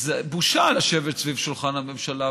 זו בושה לשבת סביב שולחן הממשלה,